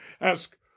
ask